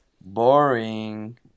boring